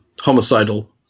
homicidal